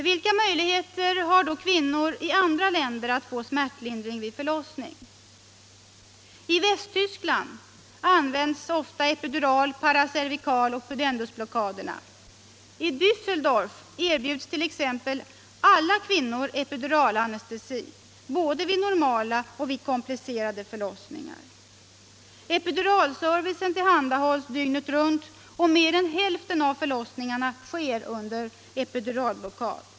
Vilka möjligheter har då kvinnor i andra länder att få smärtlindring vid förlossning? I Västtyskland används ofta epidural-, paracervikaloch pudendusblockaderna. I Dässeldorf erbjuds t.ex. alla kvinnor epiduralanestesi, både vid normala och vid komplicerade förlossningar. Epiduralservicen tillhandahålls dygnet runt, och mer än hälften av förlossningarna sker under epiduralblockad.